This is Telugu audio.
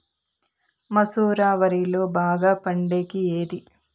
మసూర వరిలో బాగా పండేకి ఏది?